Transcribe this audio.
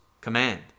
command